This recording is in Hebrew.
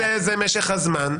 חלק מזה זה משך הזמן,